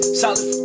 solid